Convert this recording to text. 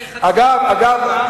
אגב,